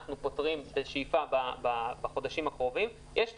יש לנו שאיפה לפתור את זה בחודשים הקרובים יש את